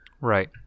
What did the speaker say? Right